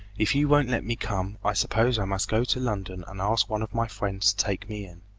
if you won't let me come, i suppose i must go to london and ask one of my friends to take me in